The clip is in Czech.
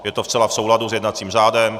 Je to zcela v souladu s jednacím řádem.